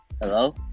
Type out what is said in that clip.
Hello